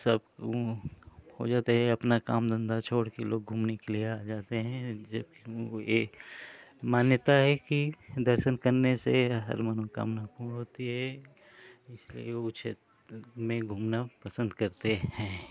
सब हो जाता है अपना काम धन्धा छोड़कर लोग घूमने के लिए आ जाते हैं यह मान्यता है कि दर्शन करने से हर मनोकामना पूर्ण होती है इसलिए वह क्षेत्र में घूमना पसन्द करते हैं